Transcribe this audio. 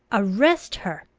arrest her!